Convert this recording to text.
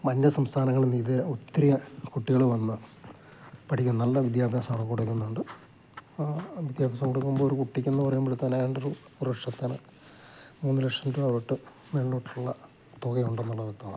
അന്യസംസ്ഥാനങ്ങളില് നിന്ന് ഒത്തിരി കുട്ടികള് വന്ന് പഠിക്കുന്നുണ്ട് നല്ല വിദ്യാഭ്യാസം കൊടുക്കുന്നുണ്ട് വിദ്യാഭ്യാസം കൊടുക്കുമ്പോള് ഒരു കുട്ടിക്കെന്ന് പറയുമ്പോഴേക്കും ഏതാണ്ടൊരു ഒരു വർഷത്തിന് മൂന്ന് ലക്ഷം രൂപ തൊട്ട് മുകളിലോട്ടുള്ള തുകയുണ്ടെന്നുള്ളത് വ്യക്തമാണ്